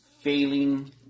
failing